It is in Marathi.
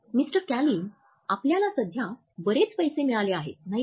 मिस्टर कैलिन आपल्याला सध्या बरेच पैसे मिळाले आहेत नाही का